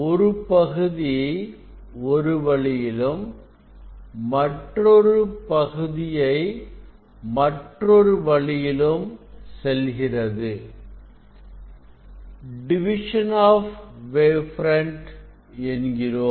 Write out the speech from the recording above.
ஒரு பகுதி ஒரு வழியிலும் மற்றொரு பகுதியை மற்றொரு வழியிலும் செல்கிறது இதைத்தான் டிவிஷன் ஆஃப் வேவ் பிரண்ட் என்கிறோம்